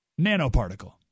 nanoparticle